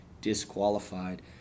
disqualified